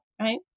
right